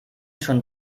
schon